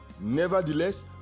Nevertheless